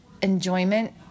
Enjoyment